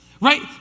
Right